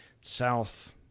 south